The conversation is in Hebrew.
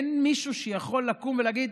אין מישהו שיכול לקום ולהגיד: